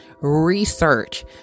Research